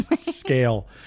scale